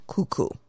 Cuckoo